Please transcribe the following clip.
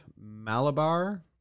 malabar